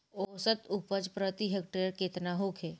औसत उपज प्रति हेक्टेयर केतना होखे?